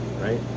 right